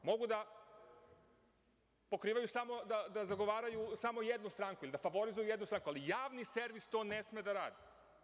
Mogu da pokrivaju, da zagovaraju samo jednu stranku ili da favorizuju jednu stranku, ali javni servis to ne sme da radi.